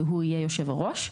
והוא יהיה יושב הראש,